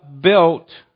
built